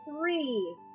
three